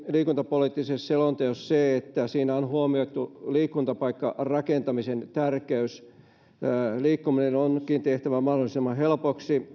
liikuntapoliittisessa selonteossa on myöskin se että siinä on huomioitu liikuntapaikkarakentamisen tärkeys liikkuminen onkin tehtävä mahdollisimman helpoksi